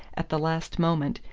at the last moment,